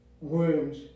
wounds